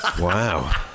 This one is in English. Wow